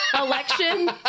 election